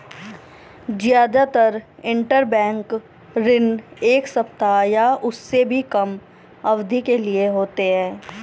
जादातर इन्टरबैंक ऋण एक सप्ताह या उससे भी कम अवधि के लिए होते हैं